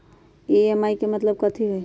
EMI के मतलब कथी होई?